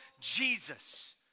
Jesus